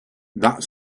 that